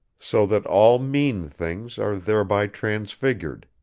so that all mean things are thereby transfigured